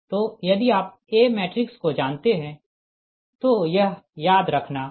तो यदि आप A मैट्रिक्स को जानते है तो यह याद रखना आसान है